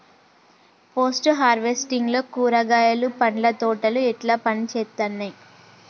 Post harvesting లో కూరగాయలు పండ్ల తోటలు ఎట్లా పనిచేత్తనయ్?